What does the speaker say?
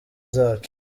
zacu